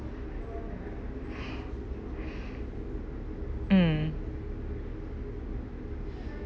mm